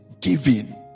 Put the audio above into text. giving